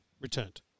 returned